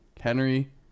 Henry